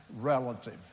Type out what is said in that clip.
relative